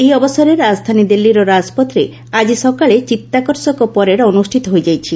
ଏହି ଅବସରରେ ରାଜଧାନୀ ଦିଲୁୀର ରାଜପଥରେ ଆଜି ସକାଳେ ଚିଉାକର୍ଷକ ପରେଡ୍ ଅନ୍ତଷିତ ହୋଇଯାଇଛି